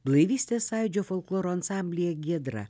blaivystės sąjūdžio folkloro ansamblyje giedra